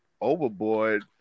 overboard